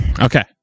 Okay